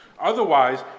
Otherwise